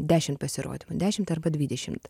dešimt pasirodymų dešimt arba dvidešimt